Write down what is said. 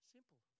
Simple